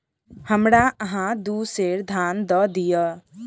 हमरा अहाँ दू सेर धान दअ दिअ